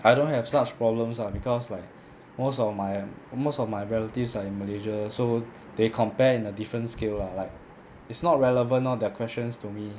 I don't have such problems lah because like most of my most of my relatives are in malaysia so they compare in a different scale lah like it's not relevant lor their questions to me